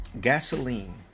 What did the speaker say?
Gasoline